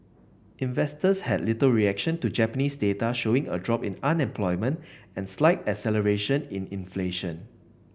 investors had little reaction to Japanese data showing a drop in unemployment and slight acceleration in inflation